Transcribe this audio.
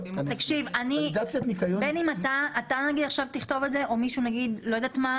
בין אם אתה עכשיו תכתוב את זה מישהו אחר,